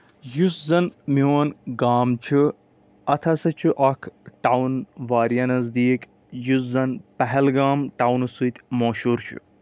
یُس زَن میون گام چھُ اَتھ ہسا چھُ اکھ ٹوُن واریاہ نَزدیٖک یُس زَن پہلگام ٹَونہٕ سۭتۍ مشہوٗر چھُ